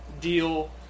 deal